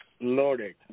loaded